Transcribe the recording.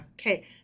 Okay